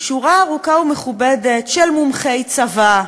שורה ארוכה ומכובדת של מומחי צבא,